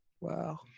Wow